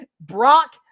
Brock